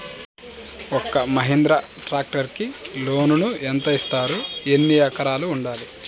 ఒక్క మహీంద్రా ట్రాక్టర్కి లోనును యెంత ఇస్తారు? ఎన్ని ఎకరాలు ఉండాలి?